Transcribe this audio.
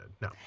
No